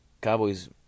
Cowboys